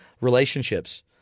relationships